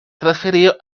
transferido